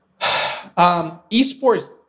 eSports